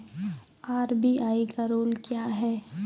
RBI का rule क्या हैं?